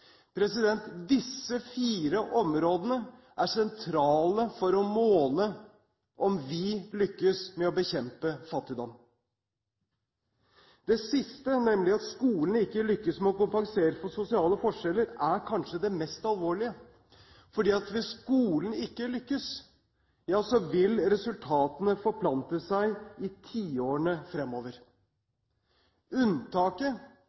Disse fire områdene er sentrale for å måle om vi lykkes med å bekjempe fattigdom. Det siste, nemlig at skolen ikke lykkes med å kompensere for sosiale forskjeller, er kanskje det mest alvorlige, for hvis skolen ikke lykkes, ja så vil resultatene forplante seg i tiårene fremover. Unntaket